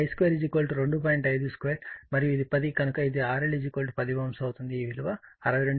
52 మరియు ఇది 10 కనుక ఇది RL10 Ω అవుతుంది ఈ విలువ 62